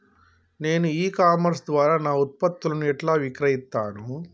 నేను e commerce ద్వారా నా ఉత్పత్తులను ఎట్లా విక్రయిత్తను?